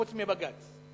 חוץ מבג"ץ?